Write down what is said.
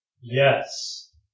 Yes